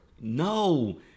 No